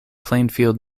plainfield